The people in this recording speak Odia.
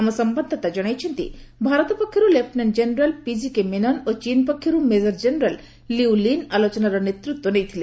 ଆମ ସମ୍ଭାଦଦାତା ଜଣାଇଛନ୍ତି ଭାରତ ପକ୍ଷର୍ ଲେଫ୍ଟନାଣ୍ଟ ଜେନେରାଲ୍ ପିକିକେ ମେନନ୍ ଓ ଚୀନ୍ ପକ୍ଷରୁ ମେଜର୍ ଜେନେରାଲ୍ ଲିଉ ଲିନ୍ ଆଲୋଚନାର ନେତୃତ୍ୱ ନେଇଥିଲେ